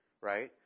right